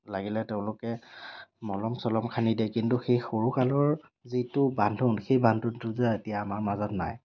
লাগিলে তেওঁলোকে মলম চলম সানি দিয়ে কিন্তু সেই সৰু কালৰ যিটো বান্ধোন সেই বান্ধোনটো যেন এতিয়া আমাৰ মাজত নাই